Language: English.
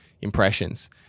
impressions